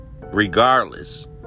regardless